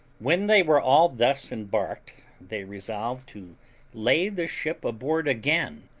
when they were all thus embarked, they resolved to lay the ship aboard again,